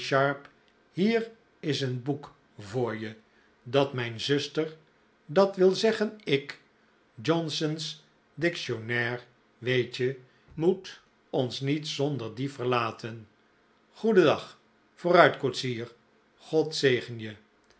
hier is een boek voor je dat mijn zuster dat wil zeggen ik johnson's dictionnaire weet je moet ons niet zonder dien verlaten goeden dag vooruit koetsier god zegen